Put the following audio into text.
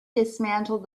dismantled